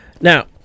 Now